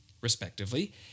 respectively